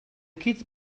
kids